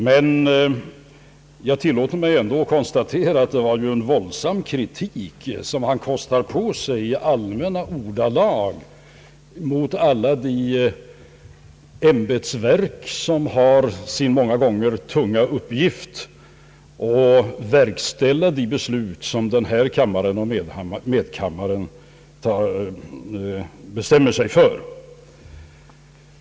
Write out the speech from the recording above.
Men jag tillåter mig ändå att konstatera, att det är en våldsam kritik som han kostar på sig i allmänna ordalag mot alla de ämbetsverk vilka har sin många gånger tunga uppgift att verkställa de beslut som denna kammare och medkammaren fattar.